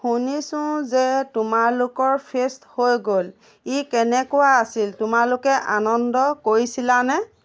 শুনিছোঁ যে তোমালোকৰ ফেষ্ট হৈ গ'ল ই কেনেকুৱা আছিল তোমালোকে আনন্দ কৰিছিলানে